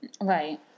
Right